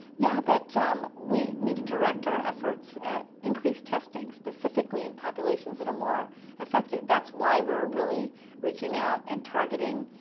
yeah. that we need to direct our efforts at increased testing specifically in populations that are more effected. that's why we're really reaching out and targeting,